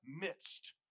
midst